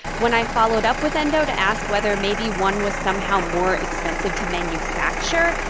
when i followed up with endo to ask whether maybe one was somehow more expensive to manufacture,